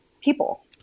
people